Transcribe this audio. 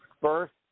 first